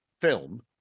film